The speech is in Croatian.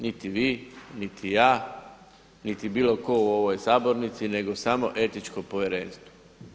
Niti vi, niti ja, niti bilo tko u ovoj sabornici nego samo Etičko povjerenstvo.